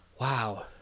Wow